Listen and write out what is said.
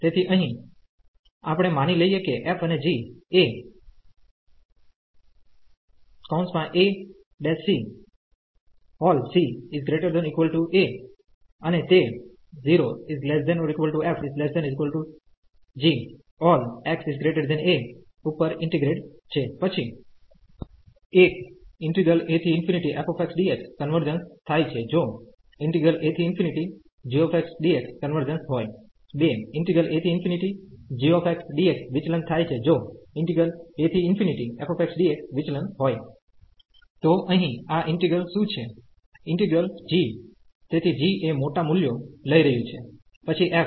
તેથી અહીં આપણે માની લઈએ કે f અને g એ a c ∀ c ≥ a અને તે 0 ≤ f ≤ g ∀ x a ઉપર ઈન્ટિગ્રેન્ડ છે પછી af dx કન્વર્જન્સ થાય છે જો ag dx કન્વર્જન્સ હોય ag dx વિચલન થાય છે જો af dx વિચલન હોય તો અહીં આ ઈન્ટિગ્રલ શું છે ઈન્ટિગ્રલ g તેથી g એ મોટા મૂલ્યો લઈ રહ્યું છે પછી f